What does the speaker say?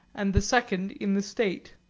and the second in the state.